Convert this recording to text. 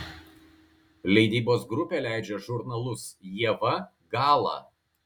leidybos grupė leidžia žurnalus ieva gala